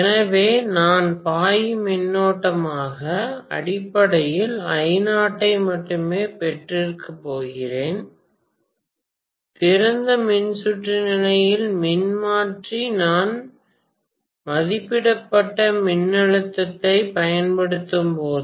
எனவே நான் பாயும் மின்னோட்டமாக அடிப்படையில் I0 ஐ மட்டுமே பெறப்போகிறேன் திறந்த மின்சுற்று நிலையில் மின்மாற்றி நான் மதிப்பிடப்பட்ட மின்னழுத்தத்தைப் பயன்படுத்தும்போது